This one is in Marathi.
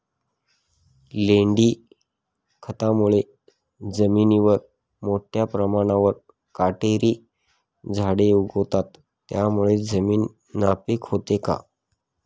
लेंडी खतामुळे जमिनीवर मोठ्या प्रमाणावर काटेरी झाडे उगवतात, त्यामुळे जमीन नापीक होते का?